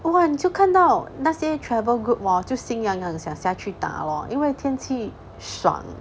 !wah! 你就看到那些 travel group lor while 就心痒痒想下去打咯因为天气爽